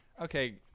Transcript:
okay